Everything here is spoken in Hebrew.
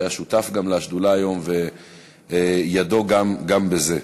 שהיה שותף גם לשדולה היום וידו גם בזה.